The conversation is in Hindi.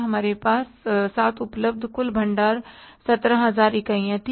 हमारे साथ उपलब्ध कुल भंडार17000 इकाइयाँ थीं